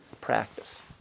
practice